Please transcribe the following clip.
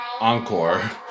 Encore